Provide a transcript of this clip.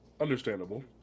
Understandable